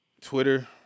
Twitter